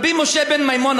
רבי משה בן מימון,